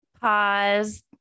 Pause